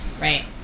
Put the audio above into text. Right